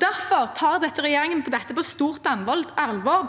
Derfor tar regjeringen dette på stort alvor.